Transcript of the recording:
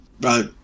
right